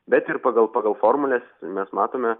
bet ir pagal pagal formules mes matome